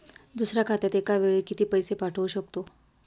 दुसऱ्या खात्यात एका वेळी किती पैसे पाठवू शकतो?